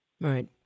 Right